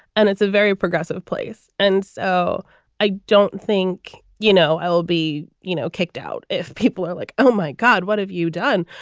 and it's a very progressive place. and so i don't think, you know, i'll be you know kicked out if people are like, oh, my god, what have you done?